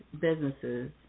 businesses